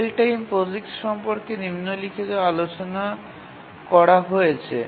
real time POSIX সম্পর্কে নিম্নলিখিতটি আলোচনা করা হয়েছে